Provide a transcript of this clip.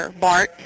Bart